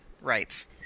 rights